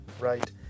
right